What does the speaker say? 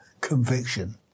conviction